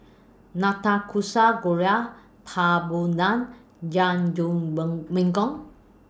Nanakusa Gayu Papadum